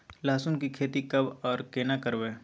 लहसुन की खेती कब आर केना करबै?